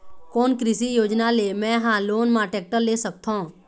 कोन कृषि योजना ले मैं हा लोन मा टेक्टर ले सकथों?